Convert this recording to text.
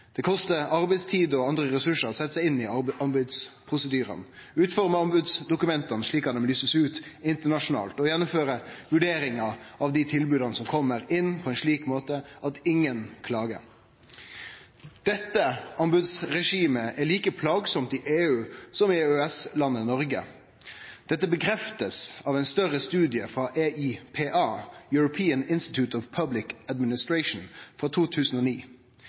Det kostar arbeidstid og andre ressursar å setje seg inn i anbodsprosedyrane, utforme anbodsdokumenta slik at dei kan lysast ut internasjonalt, og gjennomføre vurderingar av dei tilboda som kjem inn, på ein slik måte at ingen klagar. Dette anbodsregimet er like plagsamt i EU som i EØS-landet Noreg. Dette blir bekrefta av ein større studie frå EIPA, European Institute of Public Administration, frå 2009.